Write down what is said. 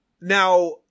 Now